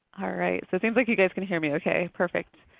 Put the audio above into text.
all right so it seems like you guys can hear me okay. perfect.